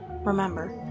Remember